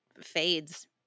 fades